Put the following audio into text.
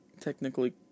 technically